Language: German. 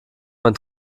man